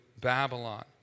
Babylon